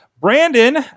Brandon